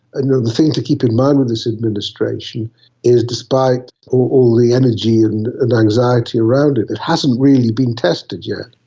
and the thing to keep in mind with this administration is despite all the energy and and anxiety around it, it hasn't really been tested yet,